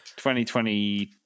2020